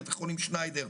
בית החולים שניידר,